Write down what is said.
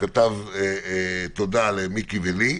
שכתב תודה למיקי ולי.